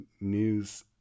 news